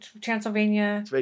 Transylvania